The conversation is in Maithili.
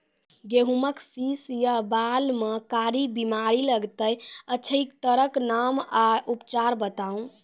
गेहूँमक शीश या बाल म कारी बीमारी लागतै अछि तकर नाम आ उपचार बताउ?